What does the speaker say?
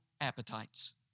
appetites